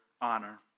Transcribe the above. honor